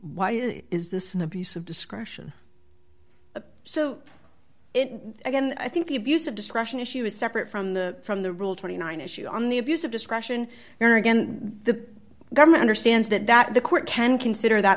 why is this in a piece of discretion so again i think the abuse of discretion issue is separate from the from the rule twenty nine issue on the abuse of discretion or again the government understands that that the court can consider that